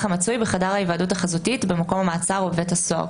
המצוי בחדר ההיוועדות החזותית במקום המעצר או בבית הסוהר.